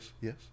yes